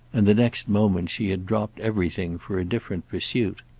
and the next moment she had dropped everything for a different pursuit.